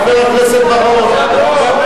חבר הכנסת בר-און.